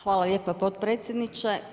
Hvala lijepo potpredsjedniče.